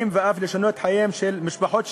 ואף לשנות את חייהן של משפחות שלמות,